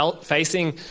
facing